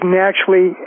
naturally